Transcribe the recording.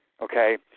okay